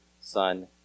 Son